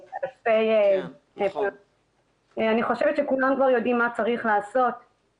אני חושבת שכולם כבר יודעים מה צריך לעשות,